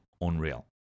unreal